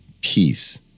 peace